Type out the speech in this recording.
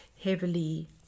heavily